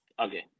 Okay